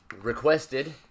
Requested